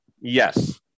Yes